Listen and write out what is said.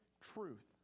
truth